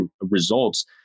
results